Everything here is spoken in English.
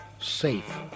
safe